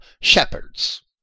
shepherds